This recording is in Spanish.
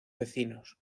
vecinos